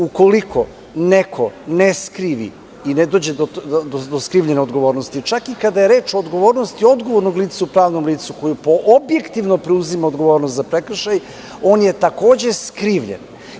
Ukoliko neko ne skrivi, ne dođe do skrivljene odgovornosti, čak i kada je reč o odgovornosti odgovornog lica u pravnom licu koji objektivno preuzima odgovornost za prekršaje, on je takođe skrivljen.